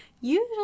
usually